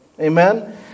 Amen